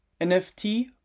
NFT